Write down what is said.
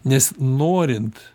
nes norint